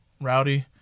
rowdy